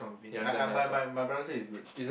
conve~ I I my my my brother say is good